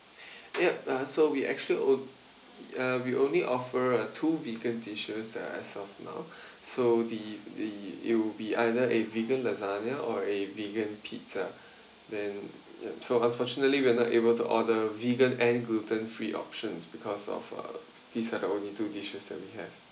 yup uh so we actually o~ uh we only offer a two vegan dishes as of now so the the it'll be either a vagrant lasagne or a vegan pizza then so unfortunately we are not able to order vegan and gluten free options because of uh these are the only two dishes that we have